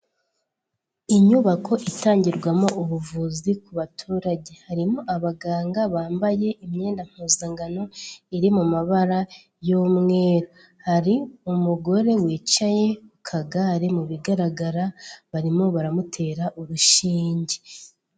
Inyubako itangirwamo ubuvuzi ku baturage harimo abaganga bambaye imyenda mpuzangano iri mu mabara y'umweru, hari umugore wicaye ku kagare mu bigaragara barimo baramutera urushinge.